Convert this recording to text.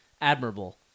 admirable